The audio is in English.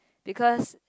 because